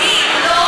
ואם לא,